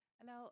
Hello